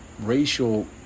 racial